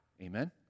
Amen